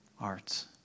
arts